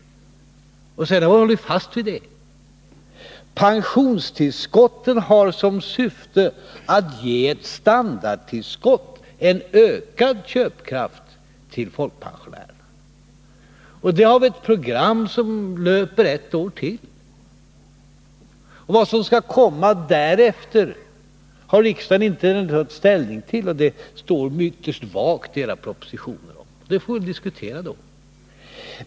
Sedan har man hållit fast vid det. Pensionstillskotten har som syfte att ge ett standardtillskott, en ökad köpkraft, till folkpensionärerna. Där har vi ett program som löper ett år till. Vad som skall komma därefter har riksdagen ännu inte tagit ställning till — det uttrycks ytterst vagt i hela propositionen. Det får vi diskutera.